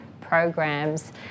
programs